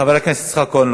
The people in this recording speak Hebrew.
חבר הכנסת יצחק כהן,